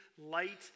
light